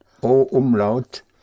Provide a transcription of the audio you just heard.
O-Umlaut